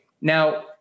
Now